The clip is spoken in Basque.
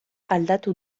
aldatu